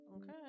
Okay